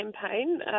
campaign